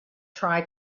try